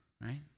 right